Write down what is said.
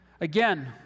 Again